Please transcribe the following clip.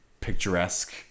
picturesque